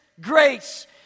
grace